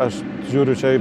aš žiūriu čia